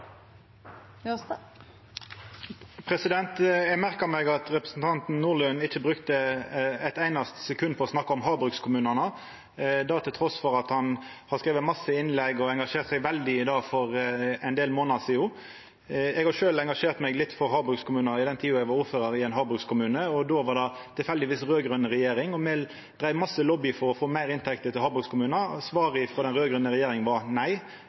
Eg merka meg at representanten Nordlund ikkje brukte eit einaste sekund på å snakka om havbrukskommunane, det trass i at han har skrive ein masse innlegg og engasjert seg veldig i det for ein del månader sidan. Eg engasjerte meg sjølv litt for havbrukskommunane i den tida eg var ordfører i ein havbrukskommune. Då var det tilfeldigvis ei raud-grøn regjering. Me dreiv masse lobby for å få meir inntekter til havbrukskommunar. Svaret frå den raud-grøne regjeringa var nei.